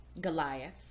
Goliath